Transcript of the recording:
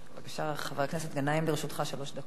בבקשה, חבר הכנסת גנאים, לרשותך שלוש דקות.